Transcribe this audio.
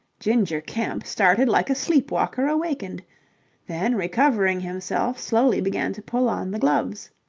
ginger kemp started like a sleep-walker awakened then recovering himself, slowly began to pull on the gloves.